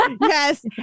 yes